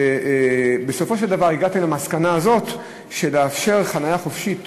בסופו של דבר הגעתי למסקנה הזאת של לאפשר חניה חופשית,